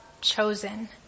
chosen